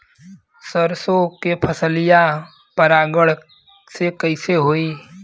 सरसो के फसलिया परागण से कईसे होई?